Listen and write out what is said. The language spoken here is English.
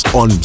on